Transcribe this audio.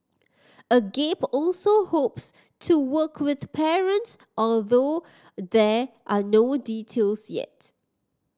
agape also hopes to work with parents although there are no details yet